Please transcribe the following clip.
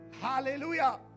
Hallelujah